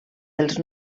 dels